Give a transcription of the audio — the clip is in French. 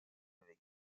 avec